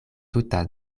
tuta